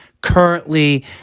currently